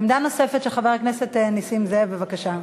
עמדה נוספת של חבר הכנסת נסים זאב, בבקשה.